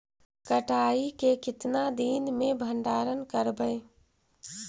कटाई के कितना दिन मे भंडारन करबय?